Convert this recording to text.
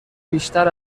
بیشتر